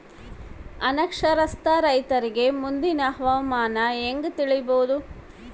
ಅನಕ್ಷರಸ್ಥ ರೈತರಿಗೆ ಮುಂದಿನ ಹವಾಮಾನ ಹೆಂಗೆ ತಿಳಿಯಬಹುದು?